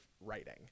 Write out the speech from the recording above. writing